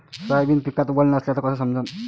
Soybean पिकात वल नसल्याचं कस समजन?